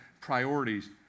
priorities